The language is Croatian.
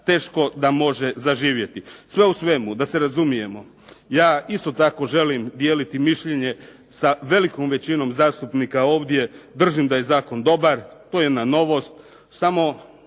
teško da može zaživjeti. Sve u svemu da se razumijemo. Ja isto tako želim dijeliti mišljenje sa velikom većinom zastupnika ovdje. Držim da je zakon dobar. To je jedna novost. Samo